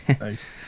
nice